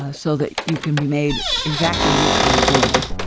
ah so that you can be made exactly neutrally buoyant.